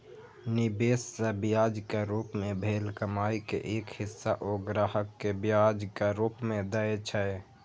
निवेश सं ब्याजक रूप मे भेल कमाइ के एक हिस्सा ओ ग्राहक कें ब्याजक रूप मे दए छै